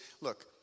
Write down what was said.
Look